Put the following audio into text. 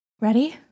Ready